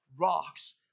rocks